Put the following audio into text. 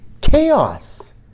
chaos